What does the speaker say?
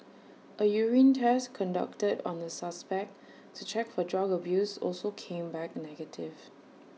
A urine test conducted on the suspect to check for drug abuse also came back negative